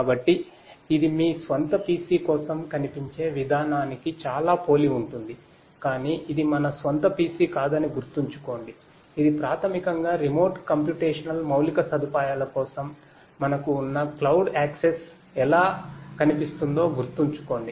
కాబట్టి ఇది మీ స్వంత PC కోసం కనిపించే విధానానికి చాలా పోలి ఉంటుంది కానీ ఇది మన స్వంత PC కాదని గుర్తుంచుకోండి ఇది ప్రాథమికంగా రిమోట్ కంప్యూటేషనల్ మౌలిక సదుపాయాల కోసం మనకు ఉన్న క్లౌడ్ యాక్సెస్కు ఎలా కనిపిస్తుందో గుర్తుంచుకోండి